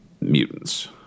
Mutants